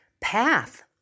path